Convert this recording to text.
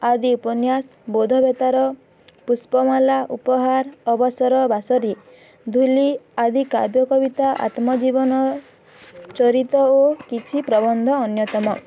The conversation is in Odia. ଆଦି ଉପନ୍ୟାସ ବୌଦ୍ଧ ଅବତାର ପୁଷ୍ପମାଳା ଉପହାର ଅବସର ବାସରୀ ଧୂଳି ଆଦି କାବ୍ୟକବିତା ଆତ୍ମଜୀବନ ଚରିତ ଓ କିଛି ପ୍ରବନ୍ଧ ଅନ୍ୟତମ